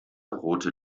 rote